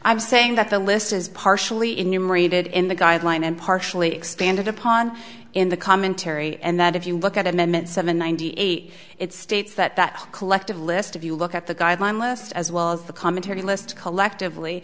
was saying that the list is partially enumerated in the guideline and partially expanded upon in the commentary and that if you look at amendment seven ninety eight it states that that collective list if you look at the guideline list as well as the commentary list collectively